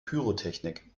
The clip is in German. pyrotechnik